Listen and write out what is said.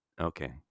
Okay